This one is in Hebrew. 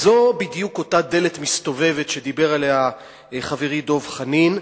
זאת בדיוק אותה דלת מסתובבת שדיבר עליה חברי דב חנין,